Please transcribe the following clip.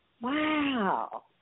Wow